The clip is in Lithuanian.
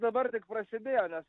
dabar tik prasidėjo nes